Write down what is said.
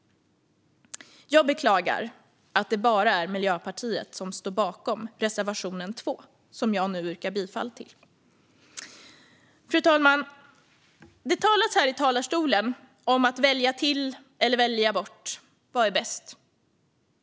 Jag beklagar att det bara är Miljöpartiet som står bakom reservation 2, som jag yrkar bifall till. Fru talman! Det talas här om att välja till eller att välja bort. Vad är bäst?